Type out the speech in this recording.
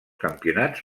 campionats